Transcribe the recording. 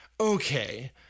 okay